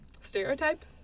stereotype